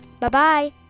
Bye-bye